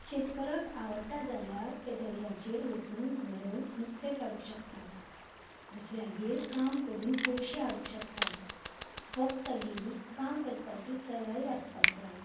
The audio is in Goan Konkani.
शेतकाराक आवडटा जाल्यार ते दर्याचेर वचून घरोवून नुस्तें काडूंक शकतात दुसऱ्यांगेर काम करून पयशे हाडूंक शकतात फकत तागेली काम करपाची तयारी आसपाक जाय